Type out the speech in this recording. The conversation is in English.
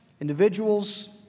individuals